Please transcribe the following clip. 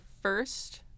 first